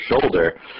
shoulder